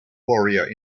warrior